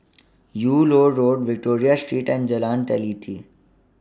Yung Loh Road Victoria Street and Jalan Teliti